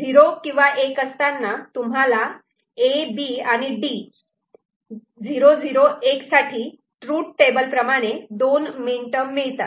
'0' किंवा '1' असताना तुम्हाला A B आणि D 0 0 1 साठी ट्रूथटेबल प्रमाणे दोन मीन टर्म मिळतात